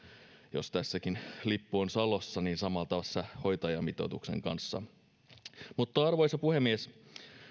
jos tässäkin lippu on salossa niin sama tässä hoitajamitoituksen kanssa arvoisa puhemies